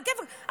עלא כיפאק,